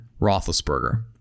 Roethlisberger